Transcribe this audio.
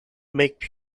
make